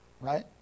right